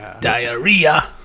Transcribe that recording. diarrhea